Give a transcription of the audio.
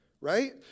right